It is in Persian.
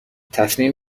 تصمیم